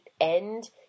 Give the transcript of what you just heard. end